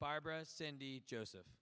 barbara cindy joseph